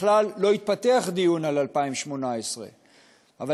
בכלל לא התפתח דיון על 2018. אבל,